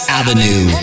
avenue